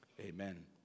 amen